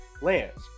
Lance